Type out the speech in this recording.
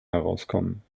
herauskommen